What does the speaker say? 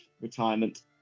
retirement